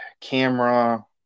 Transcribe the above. camera